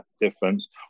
difference